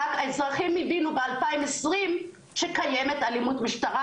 אזרחים הבינו רק ב-2020 שקיימת אלימות משטרה,